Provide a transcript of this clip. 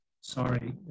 Sorry